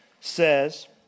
says